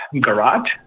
garage